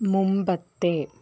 മുമ്പത്തെ